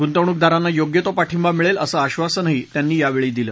गुंतवणूकदारांना योग्य तो पाठिंबा मिळेल असं आश्वासनही त्यांनी यावेळी दिलं